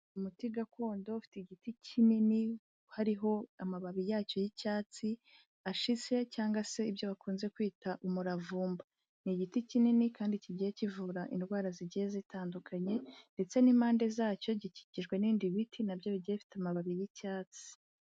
Umuti gakondo ufite igiti kinini hariho amababi yacyo y'icyatsi ashize cyangwa se ibyo bakunze kwita umuravumba ni igiti kinini kandi kigiye kivura indwara zigiye zitandukanye ndetse n'impande zacyo gikikijwe n'ibindi biti nabyo bigiye bifite amababi y'icyatsi.